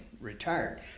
retired